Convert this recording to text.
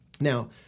Now